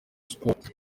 sports